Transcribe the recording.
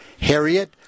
Harriet